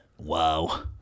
Wow